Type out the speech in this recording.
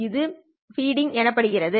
இது பீட்டிங் எனப்படுகிறது